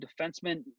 defenseman